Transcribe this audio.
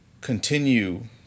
continue